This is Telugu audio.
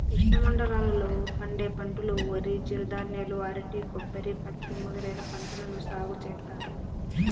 ఉష్ణమండలాల లో పండే పంటలువరి, చిరుధాన్యాలు, అరటి, కొబ్బరి, పత్తి మొదలైన పంటలను సాగు చేత్తారు